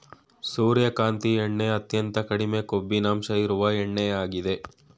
ಸೂರ್ಯಕಾಂತಿ ಎಣ್ಣೆ ಅತ್ಯಂತ ಕಡಿಮೆ ಕೊಬ್ಬಿನಂಶ ಇರುವ ಎಣ್ಣೆಯಾಗಿದೆ